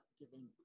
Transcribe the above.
giving